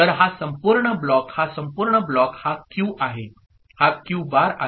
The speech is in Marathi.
तर हा संपूर्ण ब्लॉक हा संपूर्ण ब्लॉक हा क्यू आहे हा क्यू बार आहे